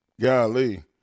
Golly